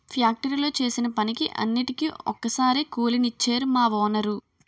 ఫ్యాక్టరీలో చేసిన పనికి అన్నిటికీ ఒక్కసారే కూలి నిచ్చేరు మా వోనరు